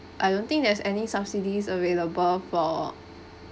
I don't think there's any subsidies available for